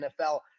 NFL